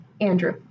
Andrew